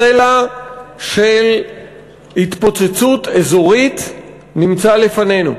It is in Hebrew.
הסלע של התפוצצות אזורית נמצא לפנינו,